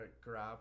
grab